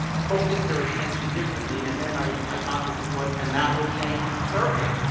focus their attention differently and then my hypothesis was and that will change the circuit.